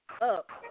up